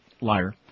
Liar